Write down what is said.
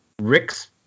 Rick's